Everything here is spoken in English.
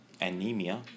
anemia